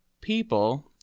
people